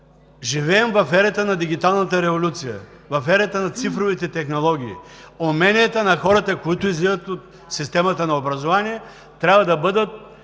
живеем в ерата на дигиталната революция, в ерата на цифровите технологии. Уменията на хората, които излизат от системата на образованието, трябва да бъдат